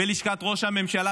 בלשכת ראש הממשלה,